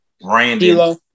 Brandon